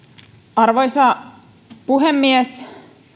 arvoisa puhemies